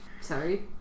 Sorry